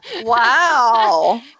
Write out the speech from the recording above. Wow